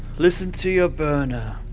listen to your burner.